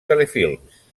telefilms